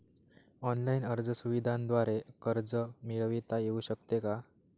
Online अर्ज सुविधांद्वारे कर्ज मिळविता येऊ शकते का?